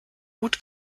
gut